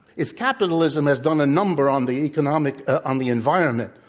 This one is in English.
is capitalism has done a number on the economic on the environment,